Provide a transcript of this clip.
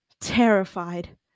terrified